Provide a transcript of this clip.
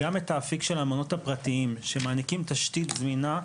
גם את האפיק של המעונות הפרטיים שמעניקים תשתית זמינה,